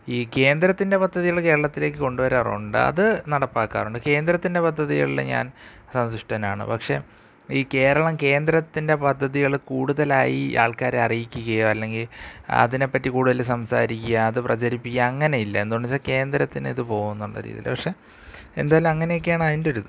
ഈ കേന്ദ്രത്തിൻ്റെ പദ്ധതികൾ കേരളത്തിലേക്ക് കൊണ്ടുവരാറുണ്ട് അത് നടപ്പാക്കാറുണ്ട് കേന്ദ്രത്തിൻ്റെ പദ്ധതികളിൽ ഞാൻ സന്തുഷ്ടനാണ് പക്ഷെ ഈ കേരളം കേന്ദ്രത്തിൻ്റെ പദ്ധതികൾ കൂടുതലായി ആൾക്കാരെ അറിയിക്കുകയോ അല്ലെങ്കിൽ അതിനെ പറ്റി കൂടുതൽ സംസാരിക്കുക അത് പ്രചരിപ്പിക്കുക അങ്ങനെയില്ല എന്തുകൊണ്ടെന്ന് വച്ചാൽ കേന്ദ്രത്തിന് ഇത് പോകുമെന്നുള്ള രീതിയിൽ പക്ഷെ എന്തായാലും അങ്ങനെയൊക്കെയാണ് അതിൻ്റെ ഒരിത്